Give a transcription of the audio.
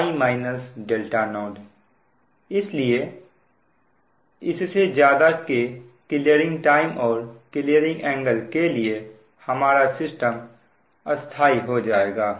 इसलिए इससे ज्यादा के क्लीयरिंग टाइम और क्लीयरिंग एंगल के लिए हमारा सिस्टम अस्थाई हो जाएगा